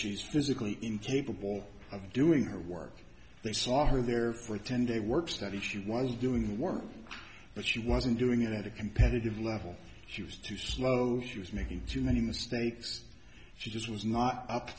she's physically incapable of doing her work they saw her there for ten day work study she was doing work but she wasn't doing it at a competitive level she was too slow she was making too many mistakes she just was not up